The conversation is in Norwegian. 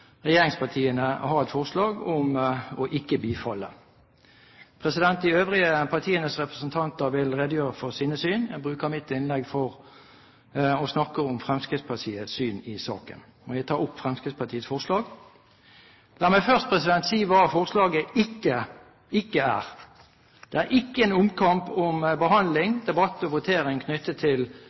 Regjeringspartiene har et forslag om ikke å bifalle forslaget. De øvrige partienes representanter vil redegjøre for sine syn. Jeg bruker mitt innlegg på å snakke om Fremskrittspartiets syn i saken. Jeg tar opp Fremskrittspartiets forslag. La meg først si hva forslaget ikke er. Det er ikke en omkamp om behandling, debatt og votering knyttet til